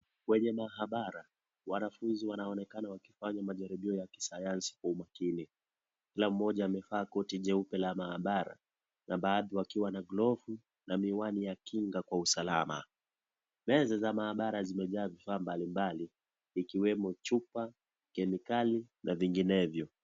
Kwenye mahabara wanafunzi wanaonekana wakifanya jaribio la kisayansi kwa umakini kila mmoja amevalia koti jeupe la maabara wakiwa na glavu na miwani ya kinga kwa usalama. Meza za maabara zimejaa vifaa mbalimbali ikiwemo chupa, kemikali na vinginevyo.